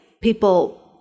people